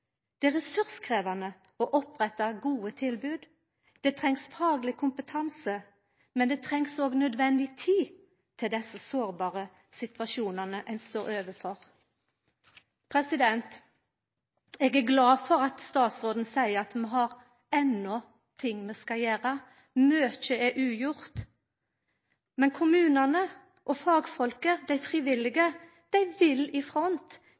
Det er ressurskrevjande å oppretta gode tilbod – det trengst fagleg kompetanse, men det trengst òg nødvendig tid til desse sårbare situasjonane ein står overfor. Eg er glad for at statsråden seier at vi enno har ting vi skal gjera. Mykje er ugjort. Kommunane, fagfolka og dei frivillige vil vera i front,